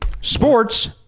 sports